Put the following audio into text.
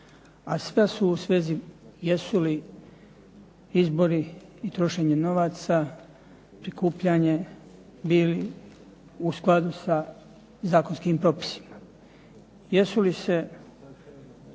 a sva su u svezi jesu li izbori ili trošenje novaca, prikupljanje bili u skladu sa zakonskim propisima. Jesu li se